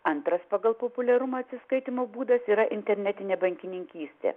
antras pagal populiarumą atsiskaitymo būdas yra internetinė bankininkystė